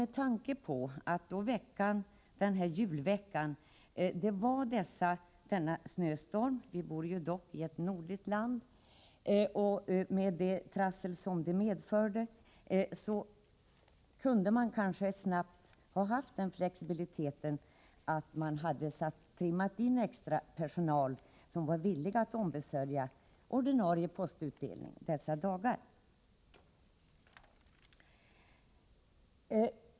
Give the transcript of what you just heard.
Med tanke på att det i julveckan var snöstorm — vi bor dock i ett nordligt land — och att det därför blev en del trassel kunde man väl ha visat flexibilitet och således snabbt ha trimmat in extra personal som var villig att ombesörja ordinarie postutdelning dessa dagar.